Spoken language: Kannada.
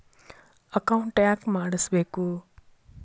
ಅಕೌಂಟ್ ಯಾಕ್ ಮಾಡಿಸಬೇಕು?